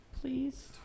Please